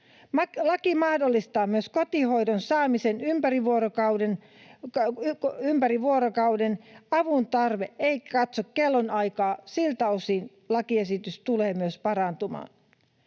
Laki mahdollistaa myös kotihoidon saamisen ympäri vuorokauden. Avun tarve ei katso kellonaikaa, siltä osin lakiesitys tulee myös parantamaan